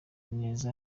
neza